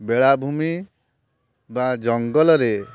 ବେଳାଭୂମି ବା ଜଙ୍ଗଲରେ